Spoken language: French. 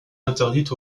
interdite